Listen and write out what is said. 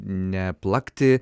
ne plakti